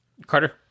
Carter